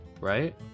Right